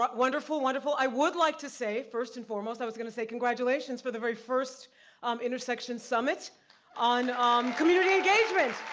but wonderful, wonderful. i would like to say, first and foremost, i was gonna say congratulations for the very first intersection summit on community engagement,